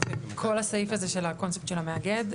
כל הסעיף הזה של הקונספט של המאגד,